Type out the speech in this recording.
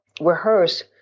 rehearse